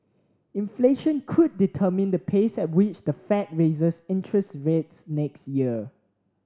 inflation could determine the pace at which the Fed raises interest rates next year